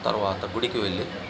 తరువాత గుడికి వెళ్ళి